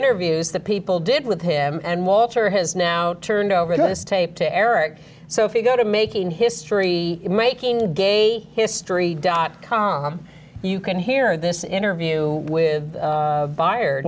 interviews that people did with him and walter has now turned over this tape to eric so if you go to making history making gay history dot com you can hear this interview with fired